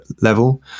level